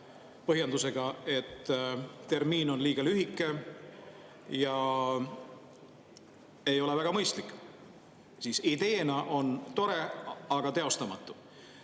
et tärmin on liiga lühike ja ei ole väga mõistlik. Ideena on see tore, aga teostamatu.